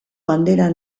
bandera